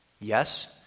Yes